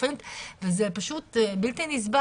דוחפים את האבן והיא נופלת וזה פשוט בלתי נסבל.